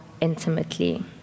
intimately